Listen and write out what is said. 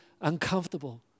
uncomfortable